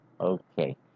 Okay